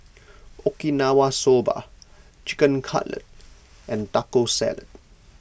Okinawa Soba Chicken Cutlet and Taco Salad